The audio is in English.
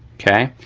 okay.